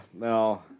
No